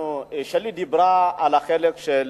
שלי דיברה על החלק של